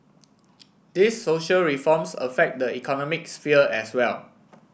these social reforms affect the economic sphere as well